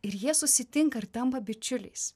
ir jie susitinka ir tampa bičiuliais